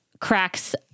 cracks